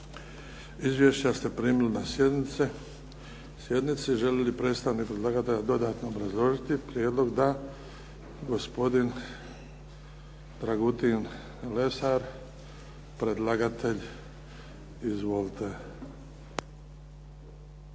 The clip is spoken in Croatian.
Izvješća ste primili na sjednici. Želi li predstavnik predlagatelja dodatno obrazložiti prijedlog? Da. Gospodin Dragutin Lesar, predlagatelj. Izvolite.